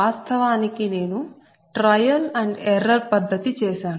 వాస్తవానికి నేను trial and error పద్ధతి చేశాను